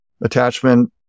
attachment